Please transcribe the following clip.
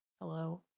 hello